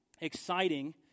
exciting